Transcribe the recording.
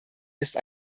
ist